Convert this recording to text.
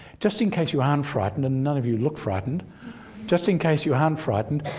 just in case you aren't frightened and none of you look frightened just in case you aren't frightened,